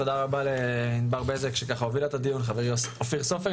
תודה רבה לענבר בזק שהובילה את הדיון ולחברי אופיר סופר.